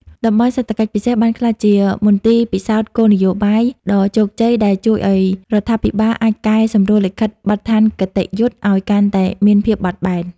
តំបន់សេដ្ឋកិច្ចពិសេស បានក្លាយជា "មន្ទីរពិសោធន៍គោលនយោបាយ" ដ៏ជោគជ័យដែលជួយឱ្យរដ្ឋាភិបាលអាចកែសម្រួលលិខិតបទដ្ឋានគតិយុត្តឱ្យកាន់តែមានភាពបត់បែន។